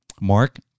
Mark